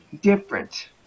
different